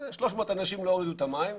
300 אנשים לא הורידו את המים.